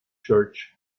church